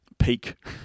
peak